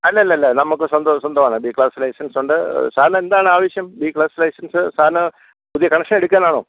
അല്ലല്ലല്ല നമുക്ക് സ്വന്ത സ്വന്തമാണ് ബി ക്ലാസ് ലൈസൻസുണ്ട് സാറിനെന്താണ് ആവശ്യം ബി ക്ലാസ് ലൈസൻസ് സാറിന് പുതിയ കണക്ഷൻ എടുക്കാനാണോ